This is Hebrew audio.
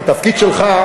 והתפקיד שלך,